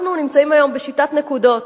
אנחנו נמצאים היום בשיטת נקודות,